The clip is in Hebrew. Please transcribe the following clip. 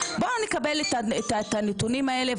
בוא נקבל את הנתונים האלה,